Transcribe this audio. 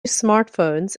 smartphones